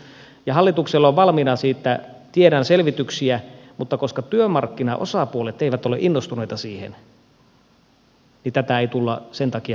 ja hallituksella on valmiina siitä tiedän selvityksiä mutta koska työmarkkinaosapuolet eivät ole innostuneita siitä niin tätä ei tulla sen takia viemään eteenpäin